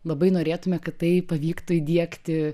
labai norėtume kad tai pavyktų įdiegti